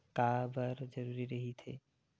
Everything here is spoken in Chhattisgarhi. का बार जरूरी रहि थे?